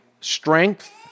strength